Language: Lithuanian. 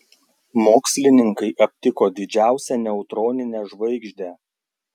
mokslininkai aptiko didžiausią neutroninę žvaigždę